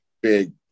big